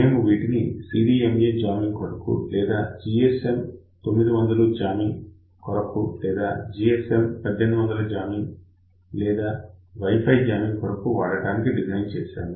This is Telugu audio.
మేము వీటిని సిడిఎంఏ జామింగ్ కొరకు లేదా జిఎస్ఎం 900 జామింగ్ కొరకు లేదా జిఎస్ఎం 1800 జామింగ్ లేదా వై ఫై జామింగ్ కొరకు వాడటానికి డిజైన్ చేశాము